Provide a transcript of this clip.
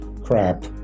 crap